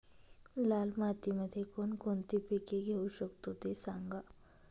लाल मातीमध्ये कोणकोणती पिके घेऊ शकतो, ते सांगा